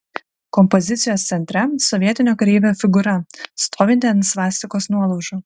kompozicijos centre sovietinio kareivio figūra stovinti ant svastikos nuolaužų